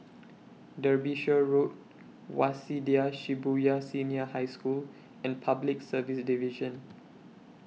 Derbyshire Road Waseda Shibuya Senior High School and Public Service Division